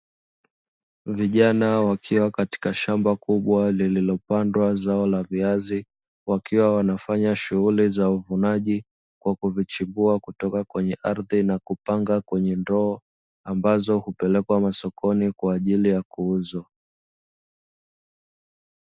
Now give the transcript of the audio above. Vijana wakiwa katika shamba kubwa lililopandwa zao la viazi, wakiwa wanafanya shughuli za uvunaji, kwa kuvichimbua kutoka kwenye ardhi na kupanga kwenye ndoo ambazo hupelekwa masokoni kwa ajili ya kuuza.